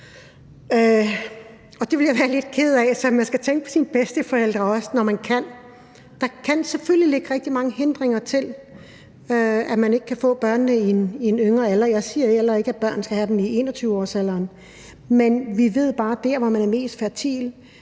det ville jeg være lidt ked af. Så man skal også tænke på sine bedsteforældre, når man kan. Der kan selvfølgelig ligge rigtig mange hindringer for, at man kan få børnene i en yngre alder, og jeg siger heller ikke, at man skal have dem i 21-årsalderen. Men vi ved bare, at vi i forhold til